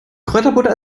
kräuterbutter